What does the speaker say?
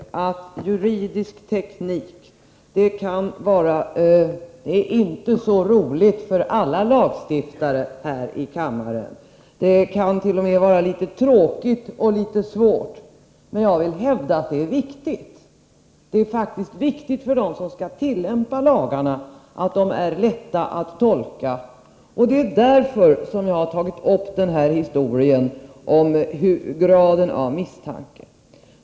Herr talman! Det är klart att jag inser att juridisk teknik inte kan vara så roligt för alla lagstiftare här i kammaren — det kan t.o.m. vara litet tråkigt och litet svårt. Man jag vill hävda att det är viktigt. Det är faktiskt viktigt för dem som skall tillämpa lagarna att de är lätta att tolka, och det är därför som jag har tagit upp denna historia om graden av misstanke.